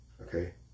Okay